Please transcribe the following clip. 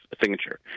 signature